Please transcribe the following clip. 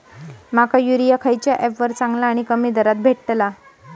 माका युरिया खयच्या ऍपवर चांगला आणि कमी दरात भेटात?